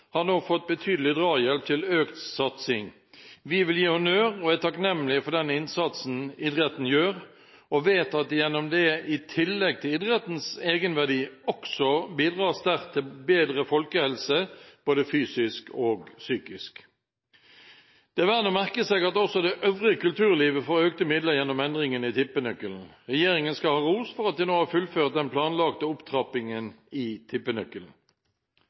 har nå fått betydelig drahjelp til økt satsing. Vi vil gi honnør til idretten. Vi er takknemlige for den innsatsen idretten gjør, og som i tillegg til idrettens egenverdi bidrar sterkt til bedre folkehelse, både fysisk og psykisk. Det er verdt å merke seg at også det øvrige kulturlivet får økte midler gjennom endringen i tippenøkkelen. Regjeringen skal ha ros for at de nå har fullført den planlagte opptrappingen i tippenøkkelen.